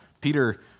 Peter